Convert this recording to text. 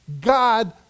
God